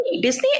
Disney